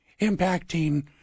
impacting